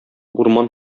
урман